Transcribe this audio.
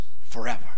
forever